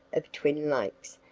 of twin lakes.